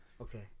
Okay